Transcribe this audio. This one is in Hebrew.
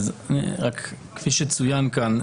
כפי שצוין כאן,